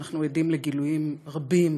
ואנחנו עדים לגילויים רבים,